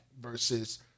versus